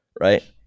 right